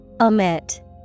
Omit